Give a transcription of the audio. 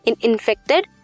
infected